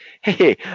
hey